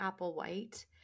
Applewhite